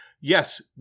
Yes